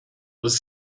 was